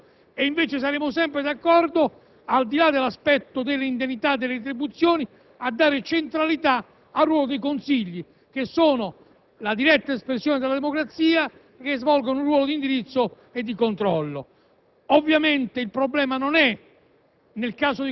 quando saranno finiti i mandati, e saremo sempre d'accordo, al di là dell'aspetto delle indennità e delle retribuzioni, a dare centralità al ruolo dei Consigli che sono diretta espressione della democrazia e che svolgono un ruolo di indirizzo e di controllo.